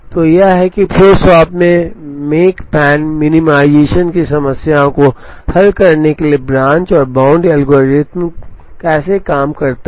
तो यह है कि फ्लो शॉप में मेकपैन मिनिमाइजेशन की समस्या को हल करने के लिए ब्रांच और बाउंड एल्गोरिथम कैसे काम करता है